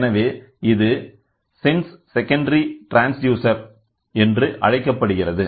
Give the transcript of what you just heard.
எனவே இது sense secondary transducer என்று அழைக்கப்படுகிறது